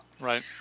Right